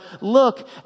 look